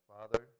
Father